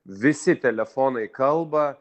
visi telefonai kalba